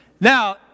Now